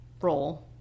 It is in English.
role